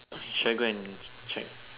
should I go and check